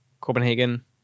Copenhagen